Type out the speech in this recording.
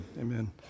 Amen